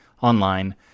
online